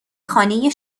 خانه